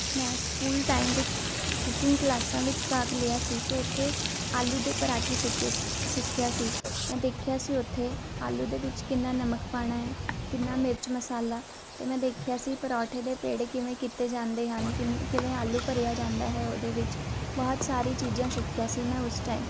ਮੈਂ school time ਵਿੱਚ cooking ਕਲਾਸਾਂ ਵਿੱਚ ਭਾਗ ਲਿਆ ਸੀ ਅਤੇ ਉੱਥੇ ਆਲੂ ਦੇ ਪਰਾਂਠੇ ਸਿੱਖੇ ਸਿੱਖਿਆ ਸੀ ਮੈਂ ਦੇਖਿਆ ਸੀ ਉੱਥੇ ਆਲੂ ਦੇ ਵਿੱਚ ਕਿੰਨਾ ਨਮਕ ਪਾਉਣਾ ਹੈ ਕਿੰਨਾ ਮਿਰਚ ਮਸਾਲਾ ਅਤੇ ਮੈਂ ਦੇਖਿਆ ਸੀ ਪਰੌਠੇ ਦੇ ਪੇੜੇ ਕਿਵੇਂ ਕੀਤੇ ਜਾਂਦੇ ਹਨ ਕਿਵੇਂ ਕਿਵੇਂ ਆਲੂ ਭਰਿਆ ਜਾਂਦਾ ਹੈ ਉਹਦੇ ਵਿੱਚ ਬਹੁਤ ਸਾਰੀ ਚੀਜ਼ਾਂ ਸਿੱਖੀਆਂ ਸੀ ਮੈਂ ਉਸ ਟਾਈਮ